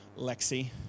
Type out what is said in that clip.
Lexi